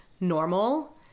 normal